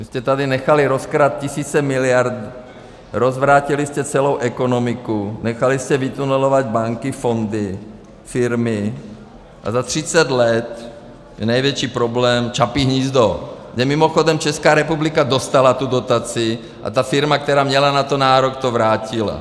Vy jste tady nechali rozkrást tisíce miliard, rozvrátili jste celou ekonomiku, nechali jste vytunelovat banky, fondy, firmy a za třicet let je největší problém Čapí hnízdo, kde mimochodem Česká republika dostala tu dotaci a ta firma, která měla na to nárok, to vrátila.